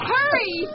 Hurry